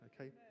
okay